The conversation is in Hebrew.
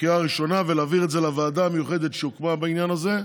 בקריאה ראשונה ולהעביר את זה לוועדה המיוחדת שהוקמה בעניין הזה.